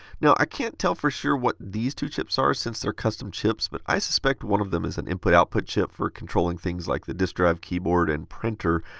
now, i can't tell for sure what these two chips are since they are custom chips. but, i suspect one of them is an input output chip for controlling things like the disk drive, keyboard, and printer.